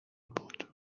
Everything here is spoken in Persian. بود